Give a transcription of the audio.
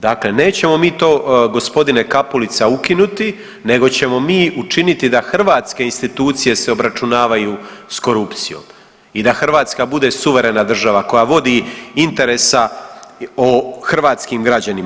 Dakle, nećemo mi to gospodine Kapulica ukinuti nego ćemo mi učiniti da hrvatske institucije se obračunavaju s korupcijom i da Hrvatska bude suverena država koja vodi interesa o hrvatskim građanima.